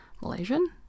Malaysian